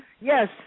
Yes